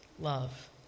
love